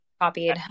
copied